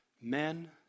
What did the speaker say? men